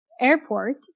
airport